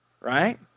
right